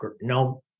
no